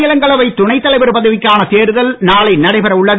மாநிலங்களவை துணைத்தலைவர் பதவிக்கான தேர்தல் நாளை நடைபெற உள்ளது